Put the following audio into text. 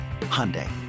Hyundai